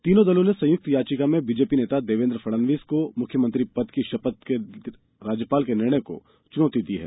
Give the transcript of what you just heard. तीनों दलों ने संयुक्त याचिका में भाजपा नेता देवेंद्र फडणवीस को मुख्यमंत्री पद की शपथ दिलाने के राज्यपाल के निर्णय को चुनौती दी है